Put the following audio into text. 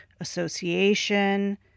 association